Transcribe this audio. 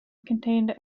contained